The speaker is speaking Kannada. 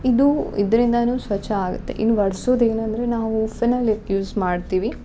ಇದು ಇದರಿಂದನೂ ಸ್ವಚ್ಛ ಆಗುತ್ತೆ ಇನ್ನು ವರ್ಸುದು ಏನಂದರೆ ನಾವು ಫಿನಾಯ್ಲ್ ಯೂಸ್ ಮಾಡ್ತೀವಿ